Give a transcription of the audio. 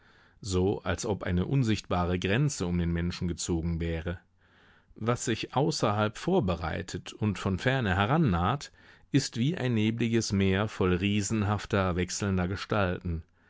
so als ob eine unsichtbare grenze um den menschen gezogen wäre was sich außerhalb vorbereitet und von ferne herannaht ist wie ein nebliges meer voll riesenhafter wechselnder gestalten